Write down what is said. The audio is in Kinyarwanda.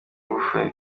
ngufu